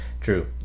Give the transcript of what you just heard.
True